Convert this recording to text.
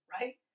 right